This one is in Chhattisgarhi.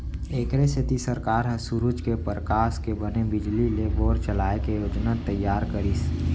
एखरे सेती सरकार ह सूरूज के परकास के बने बिजली ले बोर चलाए के योजना तइयार करिस